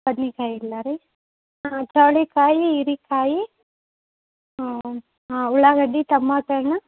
ಬದನೇಕಾಯಿ ಇಲ್ಲ ರೀ ಚೌಳಿಕಾಯಿ ಹೀರೆಕಾಯಿ ಉಳ್ಳಾಗಡ್ಡಿ ಟಮೋಟಣ್ಣು